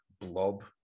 blob